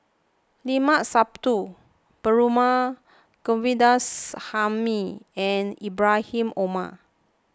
Limat Sabtu Perumal Govindaswamy and Ibrahim Omar